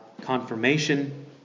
confirmation